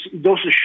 Doses